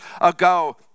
ago